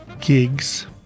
gigs